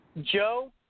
Joe